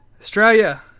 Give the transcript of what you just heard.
Australia